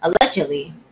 allegedly